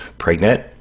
pregnant